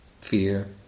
Fear